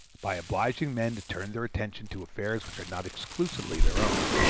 by obliging men to turn their attention to affairs which are not exclusively their own,